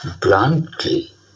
bluntly